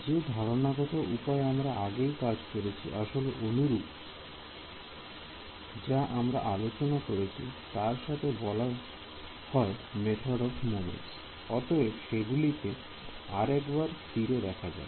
যে ধারণাগত উপায় আমরা আগেই কাজ করেছি আসলে অনুরূপ যা আমরা আলোচনা করেছি তার সাথে যাকে বলা হয় মেথডস অফ মোমেন্ট অতএব সেগুলিকে আরেকবার ফিরে দেখা যায়